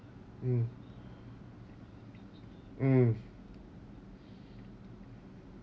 mm mm